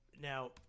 Now